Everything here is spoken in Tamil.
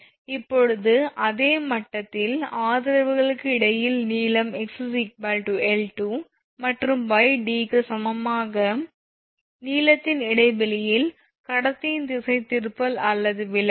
இப்போது அதே மட்டத்தில் ஆதரவுகளுக்கு இடையில் நீளம் x 𝐿2 மற்றும் y d க்கு சமமாக நீளத்தின் இடைவெளியின் கடத்தியின் திசைதிருப்பல் அல்லது விலகல்